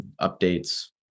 updates